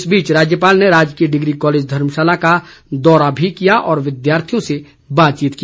इस बीच राज्यपाल ने राजकीय डिग्री कॉलेज धर्मशाला का दौरा भी किया और विद्यार्थियों से बातचीत की